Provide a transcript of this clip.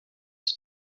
this